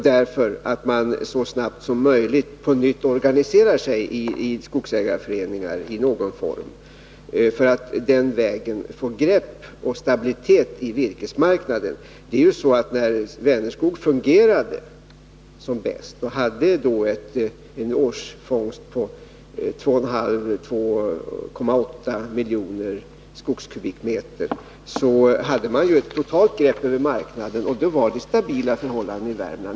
Därför bör man så snart som möjligt på nytt organisera sig i skogsägarföreningar i någon form för att på den vägen få grepp om och stabilitet i virkesmarknaden. När Vänerskog fungerade som bäst och hade en årsfångst på 2,5 å 2,8 miljoner skogskubikmeter, hade man ett totalt grepp över marknaden, och då var det stabila förhållanden i Värmland.